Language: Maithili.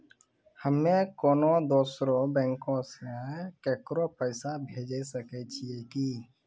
हम्मे कोनो दोसरो बैंको से केकरो पैसा भेजै सकै छियै कि?